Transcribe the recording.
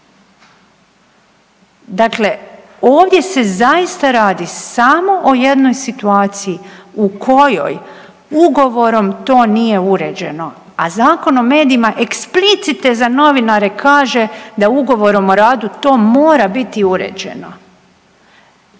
Dakle, ovdje se zaista radi samo o jednoj situaciji u kojoj ugovorom to nije uređeno, a Zakon o medijima eksplicite za novinare kaže da ugovorom o radu to mora biti uređeno.